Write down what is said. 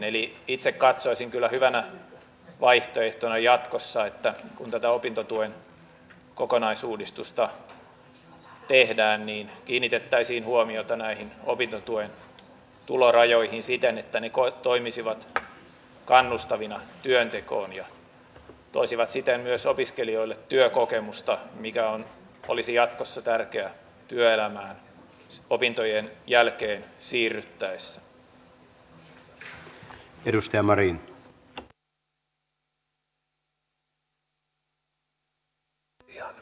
eli itse katsoisin kyllä hyvänä vaihtoehtona jatkossa että kun tätä opintotuen kokonaisuudistusta tehdään niin kiinnitettäisiin huomiota näihin opintotuen tulorajoihin siten että ne toimisivat kannustavina työntekoon ja toisivat siten myös opiskelijoille työkokemusta mikä olisi jatkossa tärkeää opintojen jälkeen työelämään siirryttäessä